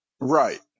right